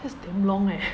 that's damn long eh